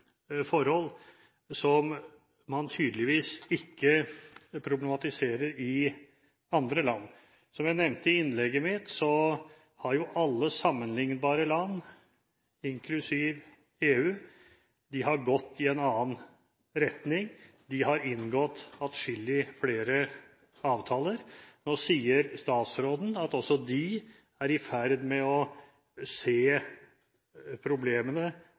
forhold som man tydeligvis ikke problematiserer i andre land. Som jeg nevnte i innlegget mitt, har jo alle sammenlignbare land, inklusiv EU, gått i en annen retning. De har inngått atskillig flere avtaler. Nå sier statsråden at også de er i ferd med å se problemene